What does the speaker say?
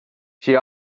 she